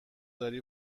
داری